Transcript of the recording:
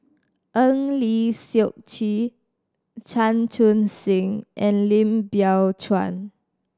Eng Lee Seok Chee Chan Chun Sing and Lim Biow Chuan